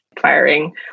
firing